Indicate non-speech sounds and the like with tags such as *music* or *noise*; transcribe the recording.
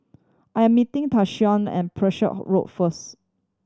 I am meeting Tayshaun at *unintelligible* Road first